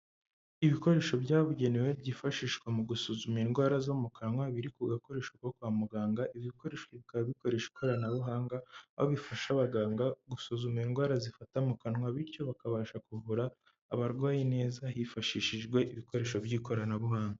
Ibikoresho byababugenewe byifashishwa mu gusuzuma indwara zo mu kanwa biri ku gakoresho ko kwa muganga, ibi bikoresho bikaba bikoresha ikoranabuhanga aho bifasha abaganga gusuzuma indwara zifata mu kanwa, bityo bakabasha kuvura abarwayi neza hifashishijwe ibikoresho by'ikoranabuhanga.